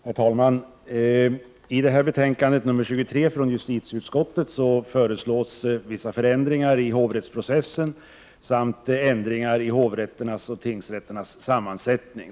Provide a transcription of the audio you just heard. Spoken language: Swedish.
Herr talman! I detta betänkande 23 från justitieutskottet föreslås vissa förändringar i hovrättsprocessen samt ändringar i hovrätternas och tingsrätternas sammansättning.